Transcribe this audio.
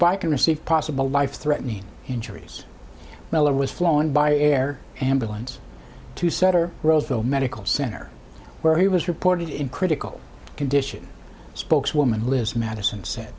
bike to receive possible life threatening injuries miller was flown by air ambulance to sutter roseville medical center where he was reported in critical condition spokeswoman liz matheson said